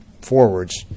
forwards